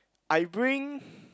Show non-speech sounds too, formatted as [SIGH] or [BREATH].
I bring [BREATH]